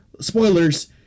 spoilers